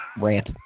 rant